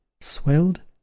swelled